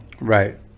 right